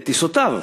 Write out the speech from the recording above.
את טיסותיו,